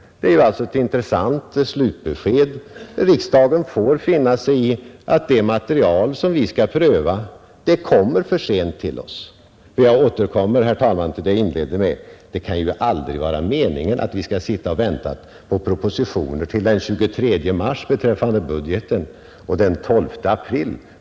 Det är ett intressant slutbesked; riksdagen får finna sig i att det material som vi skall pröva kommer för sent till oss. Jag återkommer, herr talman, till det jag inledde med: Det kan ju inte vara meningen att vi skall sitta och vänta på budgetpropositioner till den 23 mars och på lagpropositioner till den 12 april.